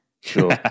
Sure